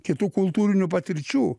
kitų kultūrinių patirčių